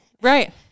Right